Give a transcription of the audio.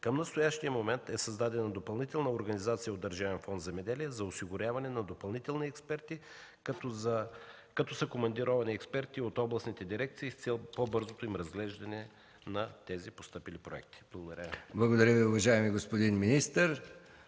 Към настоящия момент е създадена допълнителна организация от Държавен фонд „Земеделие” за осигуряване на допълнителни експерти, като са командировани експерти от областните дирекции с цел по-бързото разглеждане на тези постъпили проекти. Благодаря. ПРЕДСЕДАТЕЛ МИХАИЛ